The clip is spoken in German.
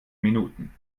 minuten